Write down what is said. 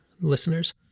listeners